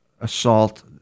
assault